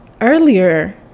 Earlier